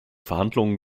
verhandlungen